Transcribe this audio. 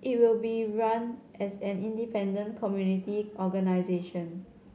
it will be run as an independent community organisation